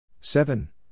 seven